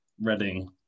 Reading